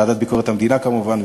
הוועדה לענייני ביקורת המדינה כמובן,